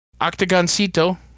Octagoncito